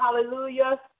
Hallelujah